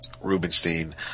Rubinstein